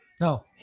No